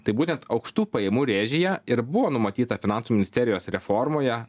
tai būtent aukštų pajamų rėžyje ir buvo numatyta finansų ministerijos reformoje